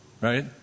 Right